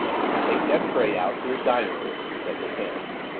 take that tray out to the dining-room, she said mechanically.